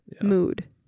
mood